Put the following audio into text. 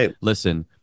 Listen